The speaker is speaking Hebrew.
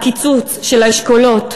הקיצוץ של האשכולות,